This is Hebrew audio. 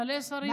יש מלא שרים פה.